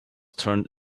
turned